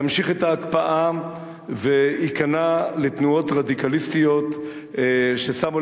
ימשיך את ההקפאה וייכנע לתנועות רדיקליסטיות ששמו